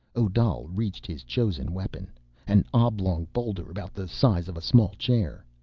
odal reached his chosen weapon an oblong boulder, about the size of a small chair.